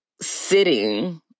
sitting